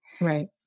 Right